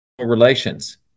relations